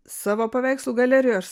savo paveikslų galerijoj aš